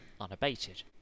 unabated